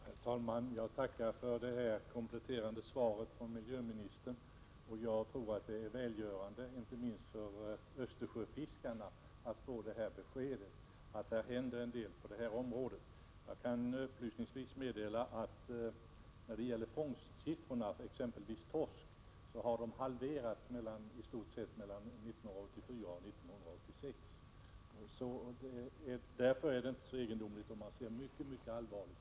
Herr talman! Jag tackar för det kompletterande svaret från miljöministern. Jag tror att det är välgörande, inte minst för östersjöfiskarna, att få beskedet att det händer en del på detta område. Jag kan upplysningsvis meddela att siffrorna för exempelvis torskfångsten i stort sett har halverats mellan åren 1984 och 1986. Därför är det inte egendomligt om man ser mycket allvarligt på situationen.